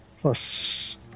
Plus